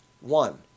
One